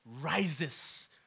rises